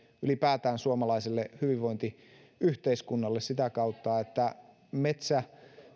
ylipäätään suomalaiselle hyvinvointiyhteiskunnalle sitä kautta että metsä